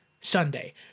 Sunday